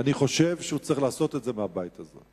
ואני חושב שהוא צריך לעשות את זה מהבית הזה.